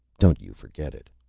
don't you forget it.